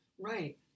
Right